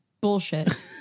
Bullshit